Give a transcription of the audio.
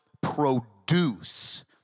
produce